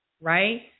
Right